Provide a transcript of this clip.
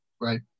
Right